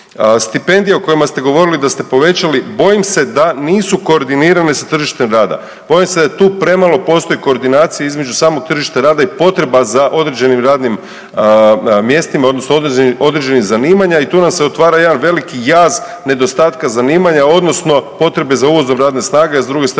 Stipendije o kojima ste govorili da ste povećali, bojim se da nisu koordinirane s tržištem rada, bojim se da tu premalo postoji koordinacije između samog tržišta rada i potreba za određenim radnim mjestima odnosno određenih zanimanja i tu nam se otvara jedan veliki jaz nedostatka zanimanja odnosno potrebe za uvozom radne snage, a s druge strane